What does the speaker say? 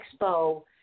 expo